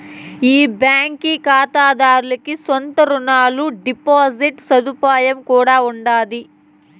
ఈ బాంకీ కాతాదార్లకి సొంత రునాలు, డిపాజిట్ సదుపాయం కూడా ఉండాది